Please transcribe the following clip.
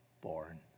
born